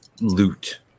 loot